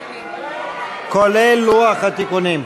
כולל לוח התיקונים.